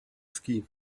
ski